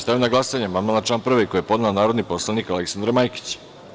Stavljam na glasanje amandman na član 2. koji je podnela narodni poslanik Aleksandra Majkić.